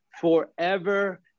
forever